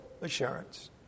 assurance